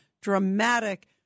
dramatic